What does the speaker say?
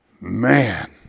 Man